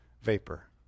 vapor